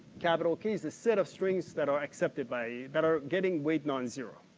capital k is the set of strings that are accepted by, that are getting weighed on zero.